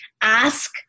Ask